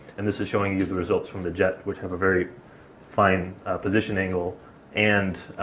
and this is showing you the results from the jet, which have a very fine position angle and,